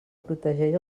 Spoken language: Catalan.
protegeix